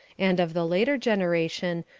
and, of the later generation,